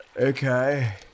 Okay